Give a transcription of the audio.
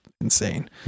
insane